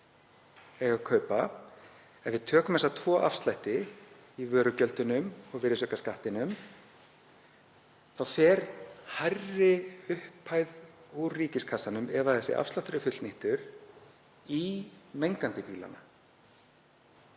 ef við tökum þessa tvo afslætti í vörugjöldunum og virðisaukaskattinum þá fer hærri upphæð úr ríkiskassanum, ef þessi afsláttur er fullnýttur, í mengandi bílana.